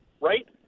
right